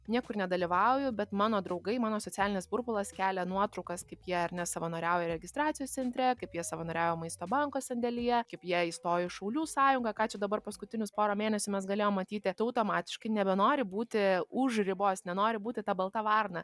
niekur nedalyvauju bet mano draugai mano socialinis burbulas kelia nuotraukas kaip jie ar ne savanoriauja registracijos centre kaip jie savanoriauja maisto banko sandėlyje kaip ją įstojo į šaulių sąjungą ką čia dabar paskutinius porą mėnesių mes galėjom matyti tai automatiškai nebenori būti už ribos nenori būti ta balta varna